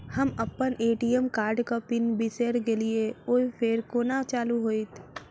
हम अप्पन ए.टी.एम कार्डक पिन बिसैर गेलियै ओ फेर कोना चालु होइत?